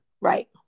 Right